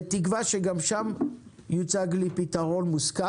בתקווה שגם שם יוצג לי פתרון מוצג.